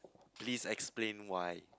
please explain why